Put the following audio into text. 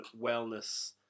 wellness